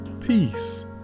peace